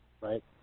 right